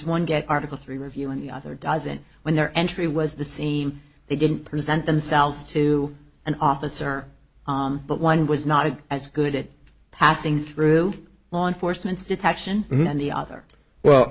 one get article three review and the other doesn't when their entry was the same they didn't present themselves to an officer but one was not as good passing through law enforcement's detection than the other well